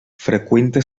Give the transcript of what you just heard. freqüenta